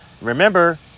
remember